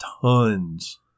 tons